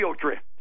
Drift